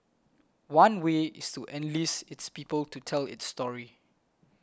one way is to enlist its people to tell its story